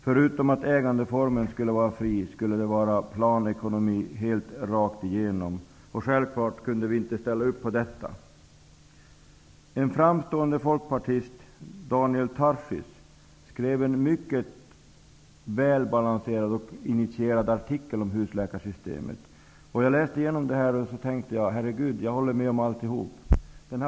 Förutom att ägandeformen skulle vara fri, skulle det vara planekonomi helt rakt igenom. Självfallet kunde vi inte ställa upp på detta. En framstående folkpartist, Daniel Tarschys, skrev en mycket välbalanserad och initierad artikel om husläkarsystemet. Jag läste igenom den och tänkte: Herregud, jag håller med om alltihop!